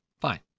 Fine